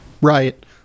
right